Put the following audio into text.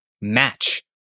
match